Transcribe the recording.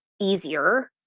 easier